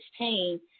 2016